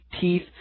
teeth